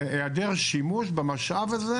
והיעדר שימוש במשאב הזה